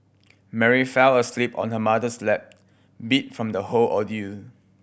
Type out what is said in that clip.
Mary fell asleep on her mother's lap beat from the whole ordeal